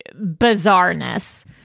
bizarreness